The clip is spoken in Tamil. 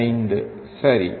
5 சரி